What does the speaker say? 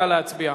נא להצביע.